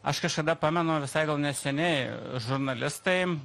aš kažkada pamenu visai neseniai žurnalistai